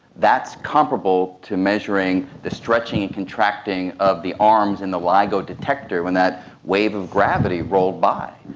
that's comparable to measuring the stretching and contracting of the arms in the ligo detector when that wave of gravity rolled by.